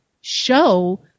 show